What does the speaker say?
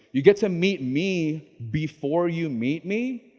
you get to meet me before you meet me,